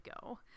go